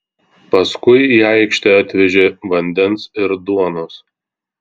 paskui į aikštę atvežė vandens ir duonos